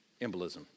embolism